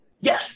Yes